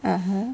(uh huh)